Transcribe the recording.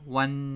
one